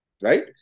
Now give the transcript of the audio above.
right